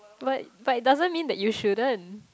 but but it doesn't mean that you shouldn't